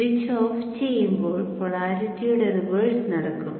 switch off ചെയ്യുമ്പോൾ പോളാരിറ്റിയുടെ reverse നടക്കും